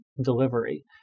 delivery